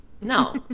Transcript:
No